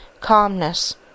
calmness